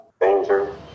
danger